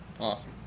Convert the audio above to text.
awesome